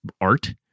art